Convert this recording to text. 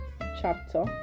chapter